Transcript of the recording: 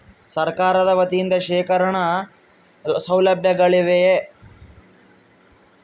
ಸರಕಾರದ ವತಿಯಿಂದ ಶೇಖರಣ ಸೌಲಭ್ಯಗಳಿವೆಯೇ?